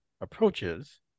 approaches